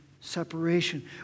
separation